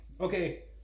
okay